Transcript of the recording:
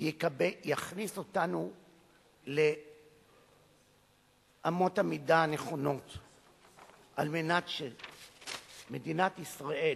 יכניס אותנו לאמות המידה הנכונות על מנת שמדינת ישראל,